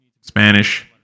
Spanish